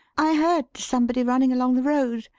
i heard somebody running along the road,